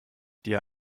dir